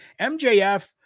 MJF